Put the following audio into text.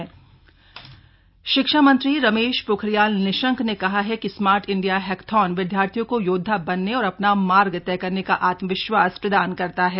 smart India hackathon शिक्षा मंत्री रमेश पोखरियाल निशंक ने कहा है कि स्मार्ट इंडिया हैकेथॉन विद्यार्थियों को योद्वा बनने और अपना मार्ग तय करने का आत्मविश्वास प्रदान करता है